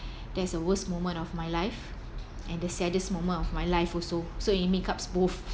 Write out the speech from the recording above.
that's a worst moment of my life and the saddest moment of my life also so it makes up both